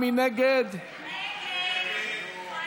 מי